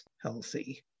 healthy